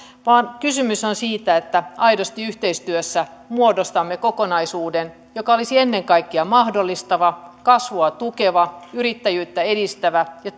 vaan kysymys on siitä että aidosti yhteistyössä muodostamme kokonaisuuden joka olisi ennen kaikkea mahdollistava kasvua tukeva yrittäjyyttä edistävä ja